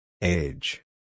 Age